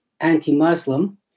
anti-Muslim